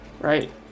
Right